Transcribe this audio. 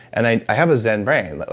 and i have a zen brain. but